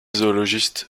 zoologiste